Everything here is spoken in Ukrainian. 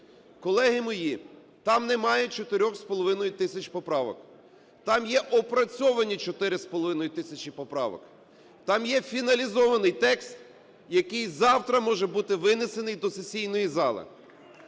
Колеги мої, там немає 4,5 тисяч поправок. Там є опрацьовані 4,5 тисячі поправок. Там є фіналізований текст, який завтра може бути винесений до сесійної зали.